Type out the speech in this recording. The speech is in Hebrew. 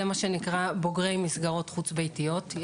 זה מה שנקרא בוגרי מסגרות חוץ-ביתיות.